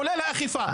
כולל האכיפה.